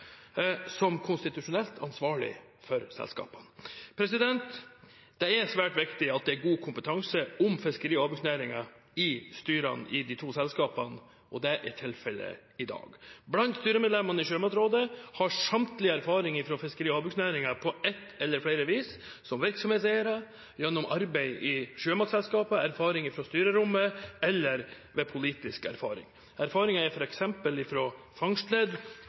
som er konstitusjonelt ansvarlig for selskapene. Det er svært viktig at det er god kompetanse om fiskeri- og havbruksnæringen i styrene i de to selskapene, og det er tilfellet i dag. Blant styremedlemmene i Sjømatrådet har samtlige erfaring fra fiskeri- og havbruksnæringen på ett eller flere vis, som virksomhetseiere, gjennom arbeid i sjømatselskaper, ved erfaring fra styrerommet eller ved politisk erfaring. Erfaringen er f.eks. fra fangstledd